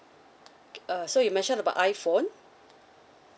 uh so you mentioned about iPhone